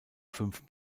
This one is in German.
fünf